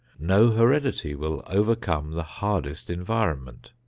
no heredity will overcome the hardest environment.